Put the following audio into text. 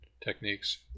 techniques